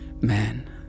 man